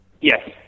yes